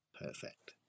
perfect